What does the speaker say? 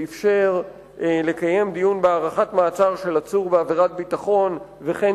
שאִפשר לקיים דיון בהארכת מעצר של עצור בעבירת ביטחון וכן